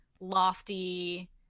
lofty